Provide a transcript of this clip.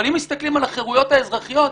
אבל אם מסתכלים על החירויות האזרחיות,